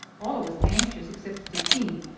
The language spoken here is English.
all of us anxious except stickeen,